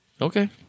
Okay